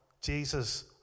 Jesus